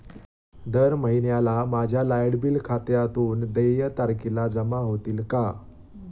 दर महिन्याला माझ्या लाइट बिल खात्यातून देय तारखेला जमा होतील का?